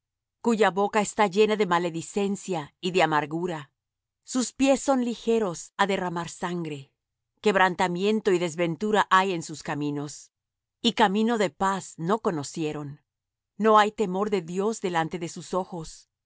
cuya boca está llena de maledicencia y de amargura sus pies son ligeros á derramar sangre quebrantamiento y desventura hay en sus caminos y camino de paz no conocieron no hay temor de dios delante de sus ojos